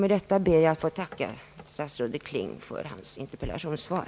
Med detta ber jag att få tacka statsrådet Kling för hans interpellationssvar.